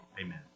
amen